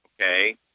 okay